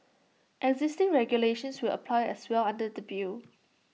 existing regulations will apply as well under the bill